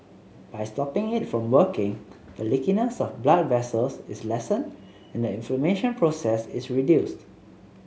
by stopping it from working the leakiness of blood vessels is lessened and the inflammation process is reduced